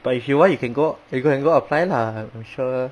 but if you want you can go you can go apply lah I'm sure